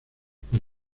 por